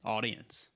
Audience